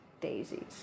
daisies